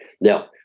Now